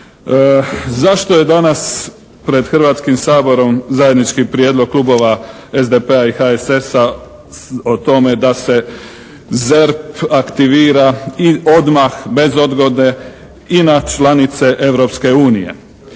Zašto je danas pred Hrvatskim saborom zajednički prijedlog klubova SDP-a i HSS-a o tome da se ZERP aktivira i odmah bez odgode i na članice Europske unije?